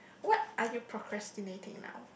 what are you procrastinating now